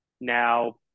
Now